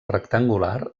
rectangular